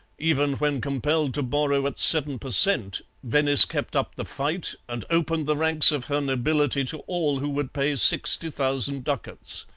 even when compelled to borrow at seven per cent, venice kept up the fight and opened the ranks of her nobility to all who would pay sixty thousand ducats.